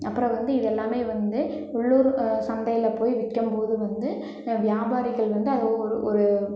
அப்புறம் வந்து இது எல்லாமே வந்து உள்ளூர் சந்தையில் போய் விற்கம்போது வந்து வியாபாரிகள் வந்து அதை ஒரு ஒரு